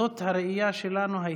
זאת הייתה הראייה שלנו.